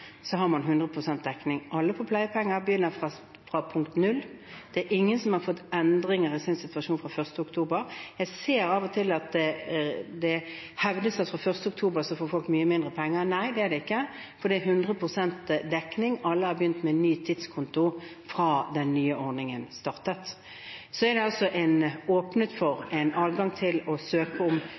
har man 100 pst. dekning. Alle med pleiepenger begynner fra punkt null, det er ingen som har fått endringer i sin situasjon fra 1. oktober. Jeg ser av og til det hevdes at fra 1. oktober får folk mye mindre penger. Nei, slik er det ikke, for det er 100 pst. dekning, alle har begynt med ny tidskonto fra da den nye ordningen startet. Det er altså åpnet for adgang til å søke